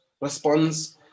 Response